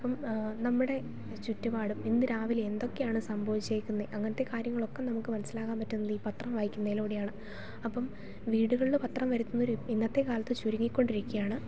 അപ്പം നമ്മുടെ ചുറ്റുപാടും ഇന്ന് രാവിലെ എന്തൊക്കെയാണ് സംഭവിച്ചേക്കുന്നത് അങ്ങനത്തെ കാര്യങ്ങളൊക്കെ നമുക്ക് മനസ്സിലാകാൻ പറ്റുന്നതീ പത്രം വായിക്കുന്നതിലൂടെയാണ് അപ്പം വീടുകളിൽ പത്രം വരുത്തുന്നവർ ഇന്നത്തെ കാലത്ത് ചുരുങ്ങി കൊണ്ടിരിക്കയാണ്